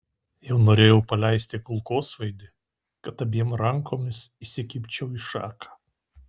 jau norėjau paleisti kulkosvaidį kad abiem rankomis įsikibčiau į šaką